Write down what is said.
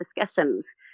discussions